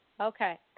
Okay